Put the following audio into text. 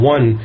One